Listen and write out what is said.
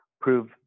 prove